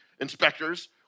inspectors